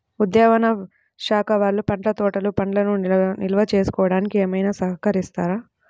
ఉద్యానవన శాఖ వాళ్ళు పండ్ల తోటలు పండ్లను నిల్వ చేసుకోవడానికి ఏమైనా సహకరిస్తారా?